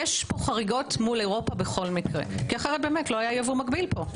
יש פה חריגות מול אירופה בכל מקרה אחרת לא היה פה ייבוא מגביל.